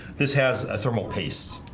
this has a thermal paste,